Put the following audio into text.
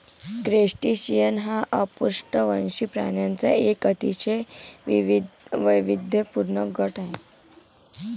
crustacean हा अपृष्ठवंशी प्राण्यांचा एक अतिशय वैविध्यपूर्ण गट आहे